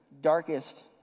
darkest